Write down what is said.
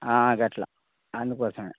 అట్లా అందుకోసమే